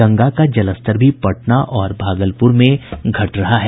गंगा का जलस्तर भी पटना और भागलपुर में घट रहा है